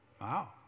wow